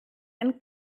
ein